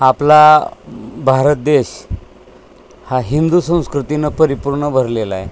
आपला भारत देश हा हिंदू संस्कृतीनं परिपूर्ण भरलेला आहे